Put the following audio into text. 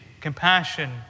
compassion